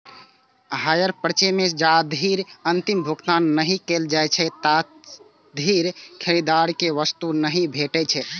hire purchase मे जाधरि अंतिम भुगतान नहि कैल जाइ छै, ताधरि खरीदार कें वस्तु नहि भेटै छै